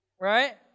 Right